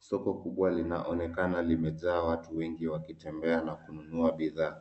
Soko kubwa linaonekana limejaa watu wengi wakitembea na kununua bidhaa.